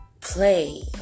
play